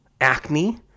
Acne